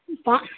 पाँ